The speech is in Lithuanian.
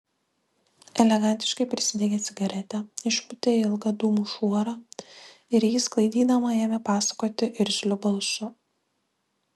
elegantiškai prisidegė cigaretę išpūtė ilgą dūmų šuorą ir jį sklaidydama ėmė pasakoti irzliu balsu